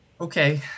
okay